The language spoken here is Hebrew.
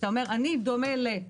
אתה אומר שאני דומה ל-.